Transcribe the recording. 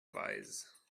wise